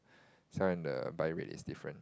sell in the by rate it's different